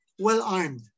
well-armed